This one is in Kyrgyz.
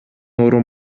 орун